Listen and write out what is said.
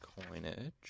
coinage